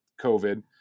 COVID